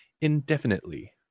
indefinitely